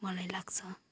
मलाई लाग्छ